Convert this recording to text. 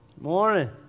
Morning